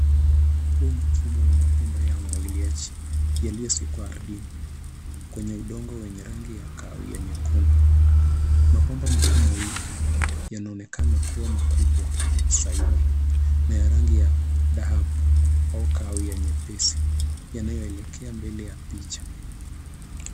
Huu ni mfumo wa mabomba ya umwagiliaji yaliyozikwa ardhini kwenye udongo wenye rangi ya kahawia nyekundu. Mabomba makuu mawili yanaonekana kuwa makubwa zaidi na ya rangi ya dhahabu au kahawia nyepesi yanayoelekea mbele ya picha.